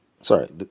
Sorry